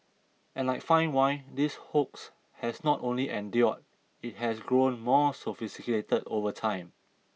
and like fine wine this hoax has not only endured it has grown more sophisticated over time